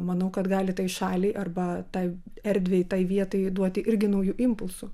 manau kad gali tai šaliai arba tai erdvei tai vietai duoti irgi naujų impulsų